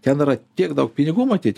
ten yra tiek daug pinigų matyt